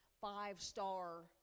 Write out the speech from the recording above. five-star